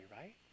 right